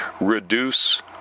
reduce